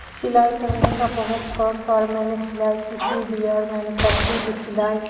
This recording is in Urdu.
سلائی کرنے کا بہت شوق ہے اور میں نے سلائی سیکھی بھی ہے اور میں نے کرتی بھی ہوں سلائی